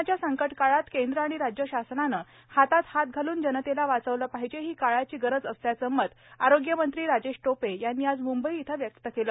कोरोनाच्या संकट काळात केंद्र आणि राज्य शासनाने हातात हात घालून जनतेला वाचवलं पाहिजे ही काळाची गरज असल्याचे मत आरोग्यमंत्री राजेश टोपे यांनी आज मुंबई येथे व्यक्त केले